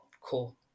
Cool